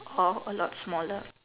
or a lot smaller